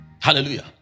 hallelujah